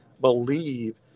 believe